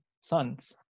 sons